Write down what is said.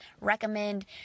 recommend